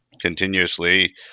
continuously